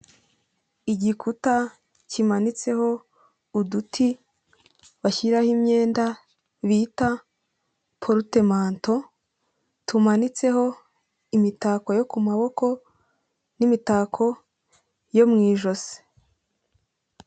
Igikuta kimanitseho uduti bashyiraho imyenda bita porutemanto, tumanitseho imitako yo ku maboko, n'imitako yo mu ijosi.